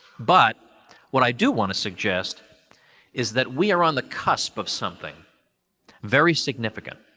but what i do want to suggest is that we are on the cusp of something very significant